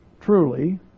truly